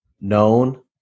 known